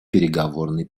переговорный